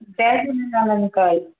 Jay Jhulelal uncle